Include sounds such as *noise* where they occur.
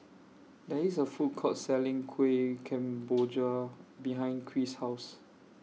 There IS A Food Court Selling Kueh *noise* Kemboja behind Kris' House